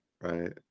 right